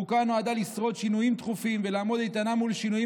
חוקה נועדה לשרוד שינויים תכופים ולעמוד איתנה מול שינויים